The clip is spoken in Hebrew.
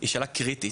היא שאלה קריטית